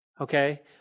Okay